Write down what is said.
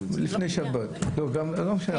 לפני שבת מתקשרים.